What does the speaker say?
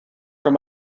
from